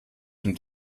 dem